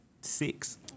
six